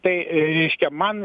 tai reiškia man